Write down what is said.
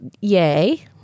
yay